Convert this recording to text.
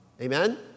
Amen